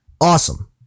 awesome